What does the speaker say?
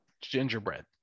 gingerbread